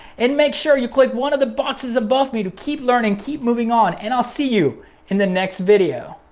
and make sure you click one of the boxes above me to keep learning, keep moving on and i'll see you in the next video.